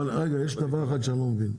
רגע יש דבר אחד שאני לא מבין,